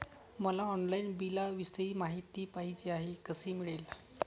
मला ऑनलाईन बिलाविषयी माहिती पाहिजे आहे, कशी मिळेल?